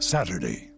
Saturday